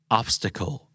obstacle